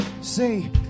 Say